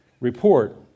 report